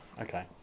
Okay